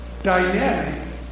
Dynamic